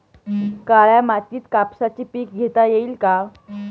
काळ्या मातीत कापसाचे पीक घेता येईल का?